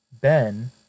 Ben